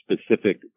specific